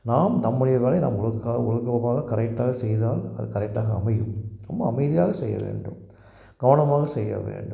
நாம் நம்முடைய வேலையை நம் ஒழுங்காக ஒழுக்கமாக கரெக்டாக செய்தால் அது கரெக்டாக அமையும் நம்ம அமைதியாகச் செய்ய வேண்டும் கவனமாகச் செய்ய வேண்டும்